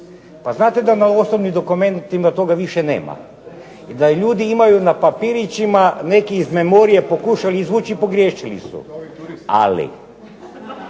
Pa znate da na osobnim dokumentima toga više nema, i da ljudi imaju na papirićima, neki iz memorije pokušali izvući i pogriješili su, ali.